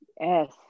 Yes